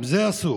גם זה אסור,